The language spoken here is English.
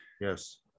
Yes